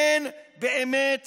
אין באמת